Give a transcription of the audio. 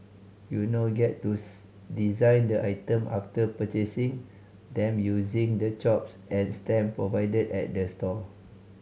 you now get to design the item after purchasing them using the chops and stamp provided at the store